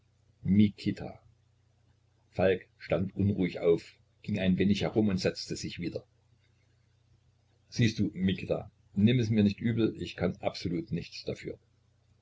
mikita falk stand unruhig auf ging ein wenig herum und setzte sich wieder siehst du mikita nimm es mir nicht übel ich kann absolut nichts dafür